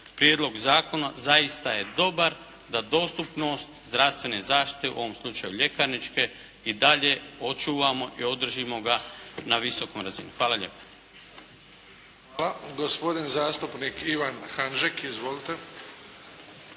prijedlog zakona zaista je dobar, da dostupnost zdravstvene zaštite u ovom slučaju ljekarničke i dalje očuvamo i održimo ga na visokoj razini. Hvala lijepa. **Bebić, Luka (HDZ)** Hvala. Gospodin zastupnik Ivan Hanžek. Izvolite.